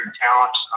talents